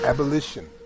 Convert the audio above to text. Abolition